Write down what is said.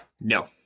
No